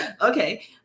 Okay